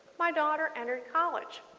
my daughter entered college.